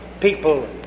People